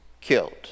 killed